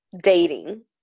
dating